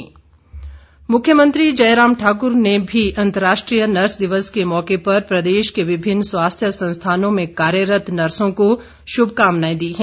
मुख्यमंत्री मुख्यमंत्री जयराम ठाक्र ने भी अंतर्राष्ट्रीय नर्स दिवस के मौके पर प्रदेश के विभिन्न स्वास्थ्य संस्थानों में कार्यरत नर्सों को शुभकामनाएं दी है